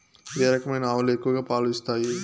ఏ రకమైన ఆవులు ఎక్కువగా పాలు ఇస్తాయి?